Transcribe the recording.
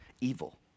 evil